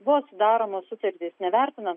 buvo sudaromos sutartys nevertinant